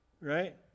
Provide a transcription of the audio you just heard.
right